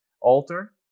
alter